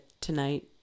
tonight